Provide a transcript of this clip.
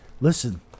listen